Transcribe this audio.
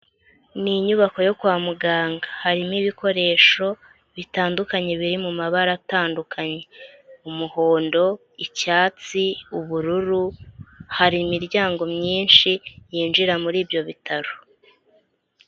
Ni inyubako yo kwa muganga. Harimo ibikoresho, bitandukanye biri mu mabara atandukanye. Umuhondo, icyatsi, ubururu, hari imiryango myinshi yinjira muri ibyo bitaro.